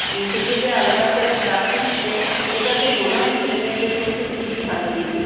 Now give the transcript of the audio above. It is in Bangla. স্কুল থেকে যে আলাদা করে ক্লাস নিচ্ছে এটা তো মনে হয় ছেলে মেয়েদের পক্ষে খুবই ভালো জিনিস